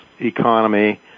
economy